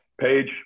Page